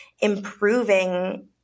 improving